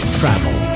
travel